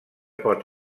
pot